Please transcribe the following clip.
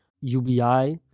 UBI